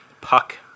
Puck